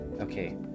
Okay